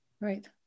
Right